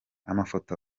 amafoto